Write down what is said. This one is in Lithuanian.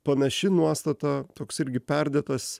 panaši nuostata toks irgi perdėtas